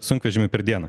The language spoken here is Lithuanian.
sunkvežimių per dieną